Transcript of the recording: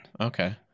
okay